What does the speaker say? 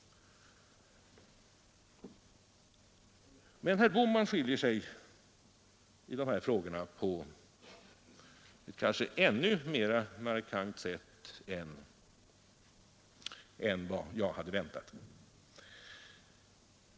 Men herr Bohman skiljer sig i de här frågorna på ett kanske ännu mera markant sätt än vad jag hade väntat mig.